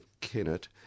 Kennett